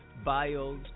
bios